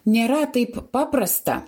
nėra taip paprasta